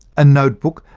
a notebook,